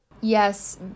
Yes